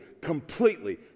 completely